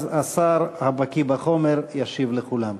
אז השר, הבקי בחומר, ישיב לכולם.